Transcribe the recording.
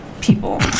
people